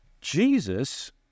Jesus